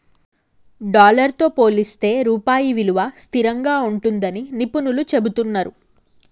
dollar తో పోలిస్తే రూపాయి విలువ స్థిరంగా ఉంటుందని నిపుణులు చెబుతున్నరు